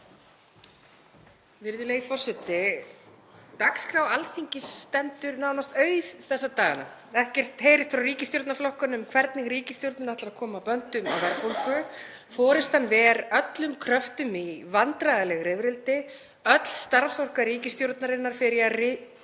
Virðulegi forseti. Dagskrá Alþingis stendur nánast auð þessa dagana. Ekkert heyrist frá ríkisstjórnarflokkunum um hvernig ríkisstjórnin ætlar að koma böndum á verðbólgu. Forystan ver öllum kröftum í vandræðaleg rifrildi. Öll starfsorka ríkisstjórnarinnar fer í að reyna að